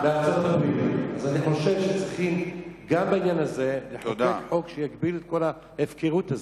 אני חושב שצריך גם בעניין הזה לחוקק חוק שיגביל את כל ההפקרות הזאת.